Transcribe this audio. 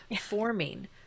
forming